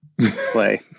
play